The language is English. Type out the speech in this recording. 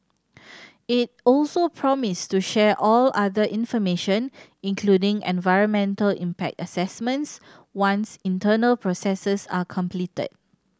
it also promised to share all other information including environmental impact assessments once internal processes are completed